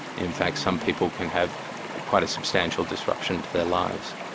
in fact some people can have quite a substantial disruption to their lives.